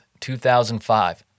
2005